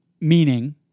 meaning